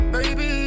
Baby